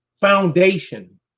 foundation